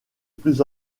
plus